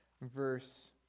verse